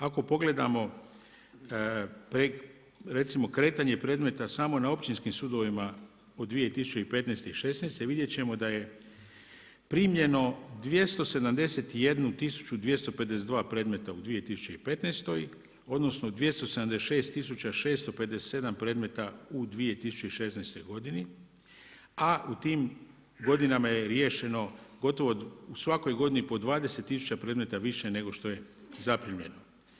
Ako pogledamo recimo kretanje predmeta samo na općinskim sudovima u 2015. i 2016., vidjet ćemo da je primljeno 271 252 predmeta u 2015., odnosno 276 657 predmeta u 2016. godini, a u tim godinama je riješeno gotovo u svakoj godini po 20 tisuća predmeta više nego što je zaprimljeno.